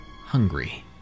hungry